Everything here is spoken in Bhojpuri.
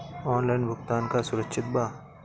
ऑनलाइन भुगतान का सुरक्षित बा?